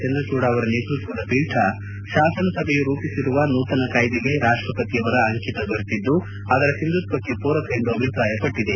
ಚಂದ್ರಚೂಡ ಅವರ ನೇತೃತ್ವದ ಪೀಠ ಶಾಸನ ಸಭೆಯು ರೂಪಿಸಿರುವ ನೂತನ ಕಾಯ್ದೆಗೆ ರಾಷ್ಟಪತಿಯವರ ಅಂಕಿತ ದೊರೆತಿದ್ದು ಅದರ ಒಂಧುತ್ವಕ್ಷೆ ಪೂರಕ ಎಂದು ಅಭಿಪ್ರಾಯಪಟ್ಟಿದೆ